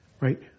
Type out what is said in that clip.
right